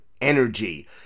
energy